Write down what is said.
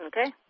Okay